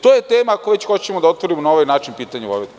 To je tema, ako već hoćemo da otvorimo na ovaj način pitanje Vojvodine.